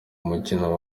umukino